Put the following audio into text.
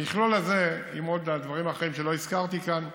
המכלול הזה, עם עוד דברים אחרים שלא הזכרתי כאן,